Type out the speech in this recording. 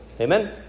Amen